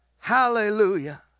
Hallelujah